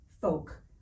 folk